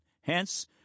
hence